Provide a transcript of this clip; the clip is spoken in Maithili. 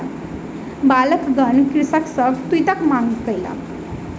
बालकगण कृषक सॅ तूईतक मांग कयलक